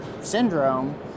syndrome